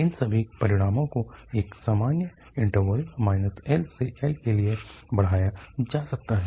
इन सभी परिणामों को एक सामान्य इन्टरवल LL के लिए बढ़ाया जा सकता है